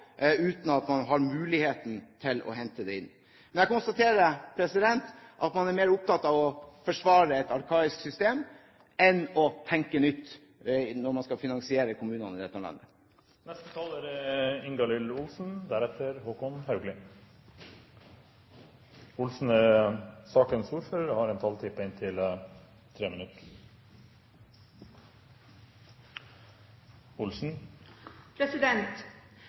uten at man har muligheten til å hente det inn. Men jeg konstaterer at man er mer opptatt av å forsvare et arkaisk system enn av å tenke nytt når man skal finansiere kommunene i dette landet. Fremskrittspartiet ønsker å tilføre kommunene mer penger. Det er ikke nytenkning, det har